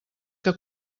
que